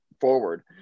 forward